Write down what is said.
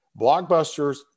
Blockbusters